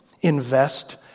Invest